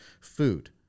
food